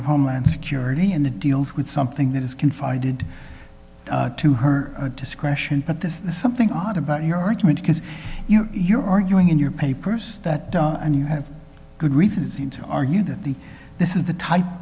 of homeland security and eeles with something that is confided to her discretion but this is something odd about your argument because you know you're arguing in your papers that and you have good reason seem to argue that the this is the type